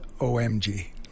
O-M-G